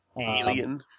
Alien